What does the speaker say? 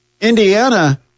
Indiana